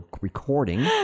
recording